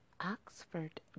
oxford